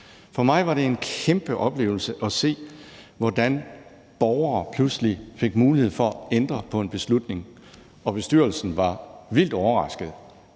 For mig var det en kæmpe oplevelse at se, hvordan borgere pludselig fik mulighed for at ændre på en beslutning, og bestyrelsen var vildt overrasket.